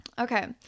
Okay